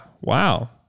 Wow